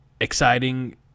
exciting